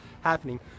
happening